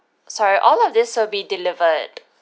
sorry all of this will be delivered